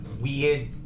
weird